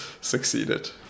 succeeded